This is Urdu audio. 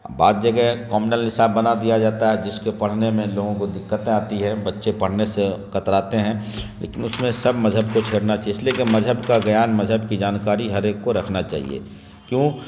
بعض جگہ کامنل نصاب بنا دیا جاتا ہے جس کے پڑھنے میں لوگوں کو دقتیں آتی ہے بچے پڑھنے سے کتراتے ہیں لیکن اس میں سب مذہب کو چھیرنا چاہیے اس لیے کہ مذہب کا گیان مجہب کی جانکاری ہر ایک کو رکھنا چاہیے کیوں